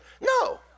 No